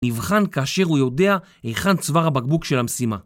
נבחן כאשר הוא יודע היכן צוואר הבקבוק של המשימה.